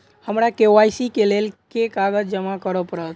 हमरा के.वाई.सी केँ लेल केँ कागज जमा करऽ पड़त?